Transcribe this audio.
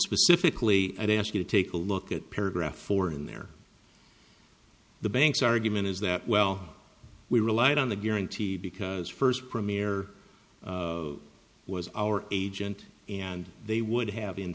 specifically i'd ask you to take a look at paragraph four in there the bank's argument is that well we relied on the guarantee because first premier was our agent and they would have